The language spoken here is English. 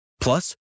Plus